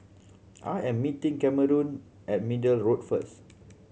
I am meeting Cameron at Middle Road first